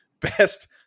best